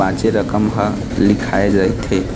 बाचे रकम ह लिखाए रहिथे